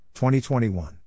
2021